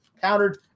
countered